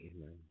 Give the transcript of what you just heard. Amen